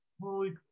Holy